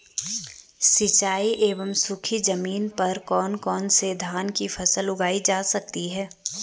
सिंचाई एवं सूखी जमीन पर कौन कौन से धान की फसल उगाई जा सकती है?